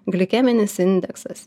glikeminis indeksas